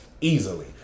easily